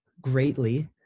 greatly